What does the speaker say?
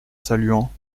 saluant